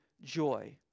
joy